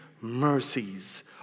mercies